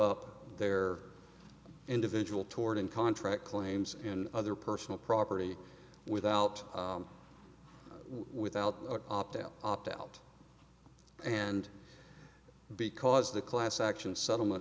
up their individual toward and contract claims and other personal property without without a opt out opt out and because the class action settlement